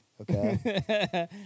Okay